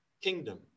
kingdom